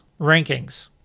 rankings